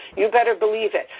you'd better believe it.